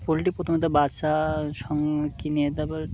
poultry প্রথমত বাসা সঙ্গে কিনে তারপর